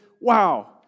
Wow